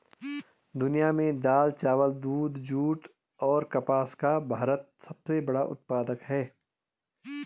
दुनिया में दाल, चावल, दूध, जूट और कपास का भारत सबसे बड़ा उत्पादक है